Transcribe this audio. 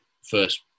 first